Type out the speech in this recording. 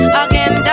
again